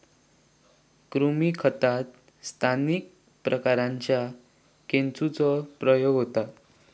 कृमी खतात स्थानिक प्रकारांच्या केंचुचो प्रयोग होता